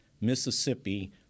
Mississippi –